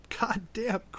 goddamn